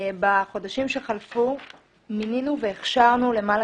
בחודשים שחלפו מינינו והכשרנו למעלה